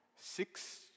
six